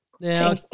Now